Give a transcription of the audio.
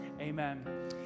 Amen